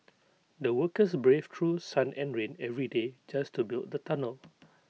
the workers braved through sun and rain every day just to build the tunnel